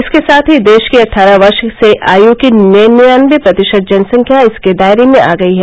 इसके साथ ही देश की अट्ठारह वर्ष से आयु की निन्यानबे प्रतिशत जनसंख्या इसके दायरे में आ गई है